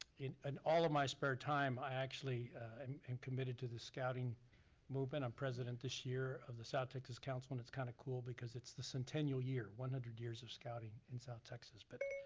in and all of my spare time i actually am committed to the scouting movement. i'm president this year of the south texas council and it's kind of cool because it's the centinnial year, one hundred years of scouting in south texas. but,